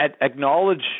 acknowledge